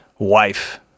Wife